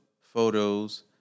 photos